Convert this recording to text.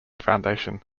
foundation